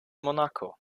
monaco